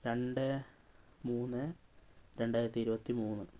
രണ്ട് മൂന്ന് രണ്ടായിരത്തി ഇരുപത്തി മൂന്ന്